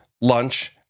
lunch